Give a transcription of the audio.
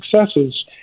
successes